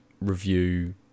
review